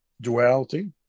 duality